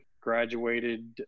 graduated